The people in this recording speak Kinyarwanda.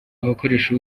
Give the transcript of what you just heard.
abakoresha